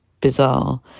bizarre